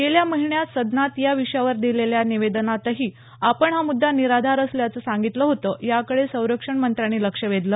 गेल्या महिन्यात सदनात या विषयावर दिलेल्या निवेदनातही आपण हा मुद्दा निराधार असल्याचं सांगितलं होतं याकडे संरक्षण मंत्र्यांनी लक्ष वेधलं